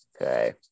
Okay